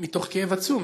מתוך כאב עצום,